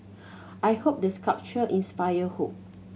I hope the sculpture inspire hope